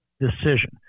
decision